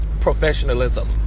professionalism